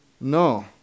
No